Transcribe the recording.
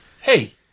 Hey